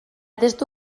testu